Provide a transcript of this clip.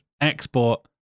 export